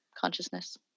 consciousness